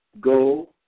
go